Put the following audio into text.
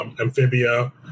Amphibia